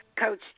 Coach